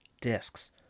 discs